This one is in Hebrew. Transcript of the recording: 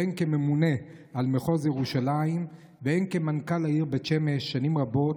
הן כממונה על מחוז ירושלים והן כמנכ"ל העיר בית שמש שנים רבות,